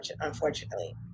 unfortunately